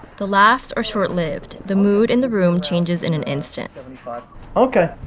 the laughs are short-lived. the mood in the room changes in an instant ok,